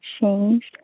changed